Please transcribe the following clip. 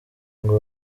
ngo